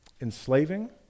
enslaving